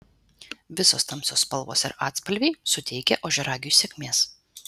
visos tamsios spalvos ir atspalviai suteikia ožiaragiui sėkmės